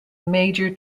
major